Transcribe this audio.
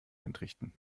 entrichten